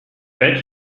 bet